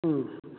ꯎꯝ